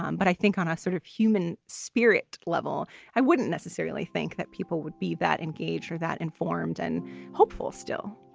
um but i think on a sort of human spirit level, i wouldn't necessarily think that people would be that engaged or that informed and hopeful still